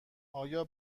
آیا